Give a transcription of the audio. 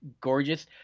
gorgeous